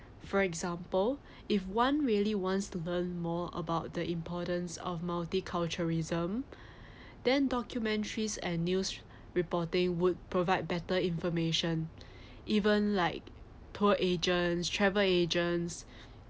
for example if one really wants to learn more about the importance of multiculturalism then documentaries and news reporting would provide better information even like tour agents travel agents